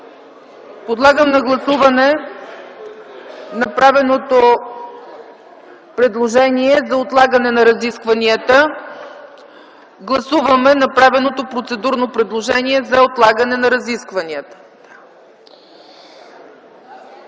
Подлагам на гласуване направеното предложение за отлагане на разискванията. Моля, гласувайте направеното процедурно предложение за отлагане на разискванията.